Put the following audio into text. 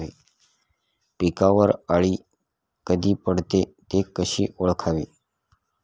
पिकावर अळी कधी पडते, ति कशी ओळखावी?